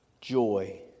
Joy